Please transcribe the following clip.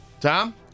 Tom